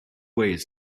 ways